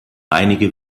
einige